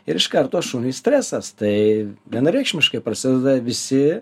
ir iš karto šuniui stresas tai vienareikšmiškai prasideda visi